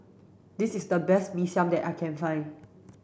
this is the best Mee Siam that I can find